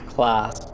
Class